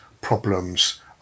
problems